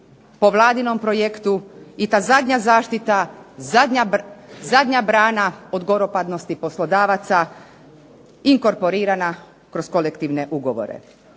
po Vladinom projektu i ta zadnja zaštita, zadnja brana od goropadnosti poslodavaca inkorporirana kroz kolektivne ugovore.